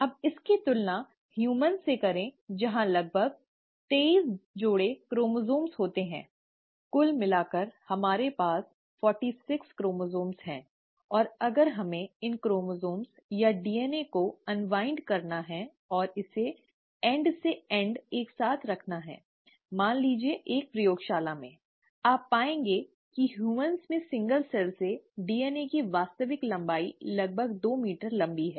अब इसकी तुलना मनुष्यों से करें जहाँ लगभग तेईस जोड़े क्रोमसोम होते हैं कुल मिलाकर हमारे पास 46 क्रोमसोम हैं और अगर हमें इन क्रोमसोम या डीएनए को खोलना हैं और इसे एन्ड से एन्ड एक साथ रखना है मान लीजिए एक प्रयोगशाला में आप पाएंगे कि मनुष्यों में एकल कोशिका से डीएनए की वास्तविक लंबाई संभवतः दो मीटर लंबी है